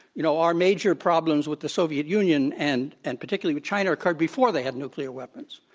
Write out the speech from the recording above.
you know, our major problems with the soviet union and and particularly with china occurred before they had nuclear weapons.